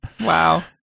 Wow